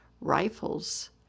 Rifles